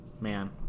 Man